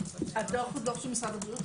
הדוח הוא דוח של משרד הבריאות.